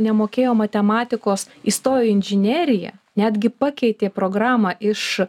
nemokėjo matematikos įstojo į inžineriją netgi pakeitė programą iš